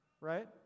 Right